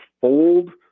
fold